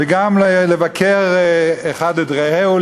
וגם לבקר אחד את רעהו,